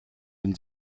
den